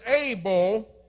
able